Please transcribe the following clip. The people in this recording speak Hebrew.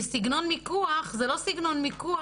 סגנון מיקוח זה לא סגנון מיקוח,